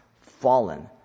fallen